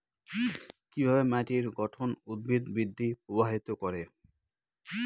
কিভাবে মাটির গঠন উদ্ভিদ বৃদ্ধি প্রভাবিত করে?